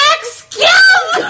Excuse